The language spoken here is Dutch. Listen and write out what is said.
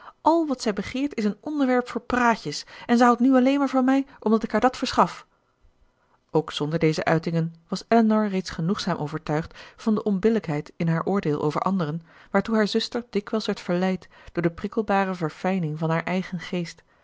al wat zij begeert is een onderwerp voor praatjes en ze houdt nu alleen maar van mij omdat ik haar dat verschaf ook zonder deze uitingen was elinor reeds genoegzaam overtuigd van de onbillijkheid in haar oordeel over anderen waartoe haar zuster dikwijls werd verleid door de prikkelbare verfijning van haar eigen geest